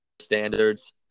Standards